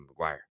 mcguire